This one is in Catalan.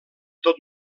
tot